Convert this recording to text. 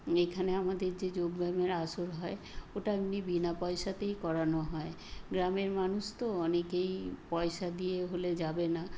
এখানে আমাদের যে যোগ ব্যায়ামের আসর হয় ওটা এমনি বিনা পয়সাতেই করানো হয় গ্রামের মানুষ তো অনেকেই পয়সা দিয়ে হলে যাবে না